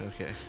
Okay